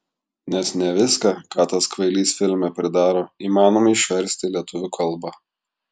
nes ne viską ką tas kvailys filme pridaro įmanoma išversti į lietuvių kalbą